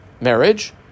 marriage